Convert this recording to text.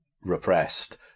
repressed